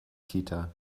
kita